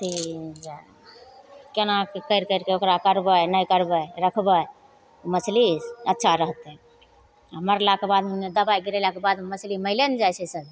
अथी जा कोनाके करि करिके ओकरा करबै नहि करबै रखबै मछली अच्छा रहतै आओर मरलाके बाद हुन्ने दवाइ गिरेलाके बाद मछली मरिए ने जाइ छै सब